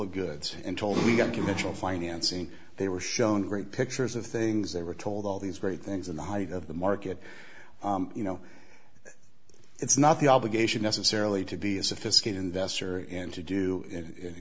of goods and told me that commercial financing they were shown great pictures of things they were told all these great things in the height of the market you know it's not the obligation necessarily to be a sophisticated investor and to do